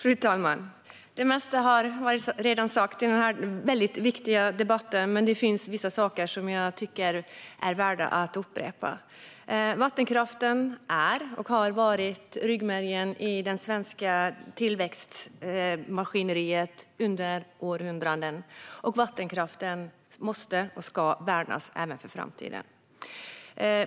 Fru talman! Det mesta har redan sagts i denna viktiga debatt. Men det finns vissa saker som är värda att upprepa. Vattenkraften är och har varit ryggmärgen i det svenska tillväxtmaskineriet under århundraden. Vattenkraften måste och ska värnas även för framtiden.